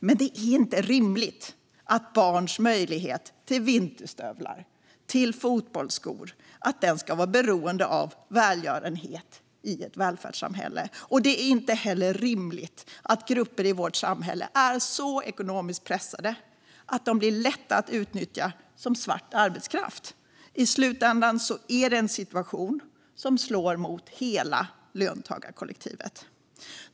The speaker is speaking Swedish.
Men det är inte rimligt i ett välfärdssamhälle att barns möjlighet att få vinterstövlar eller fotbollsskor ska vara beroende av välgörenhet. Det är inte heller rimligt att grupper i vårt samhälle är så ekonomiskt pressade att de blir lätta att utnyttja som svart arbetskraft. I slutänden är det en situation som slår mot hela löntagarkollektivet.